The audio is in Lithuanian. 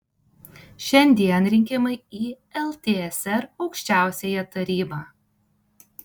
šiandien rinkimai į ltsr aukščiausiąją tarybą